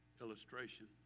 illustration